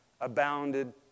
abounded